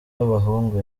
b’abahungu